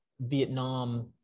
Vietnam